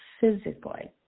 physically